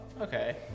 okay